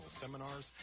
seminars